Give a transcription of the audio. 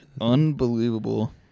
Unbelievable